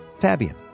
Fabian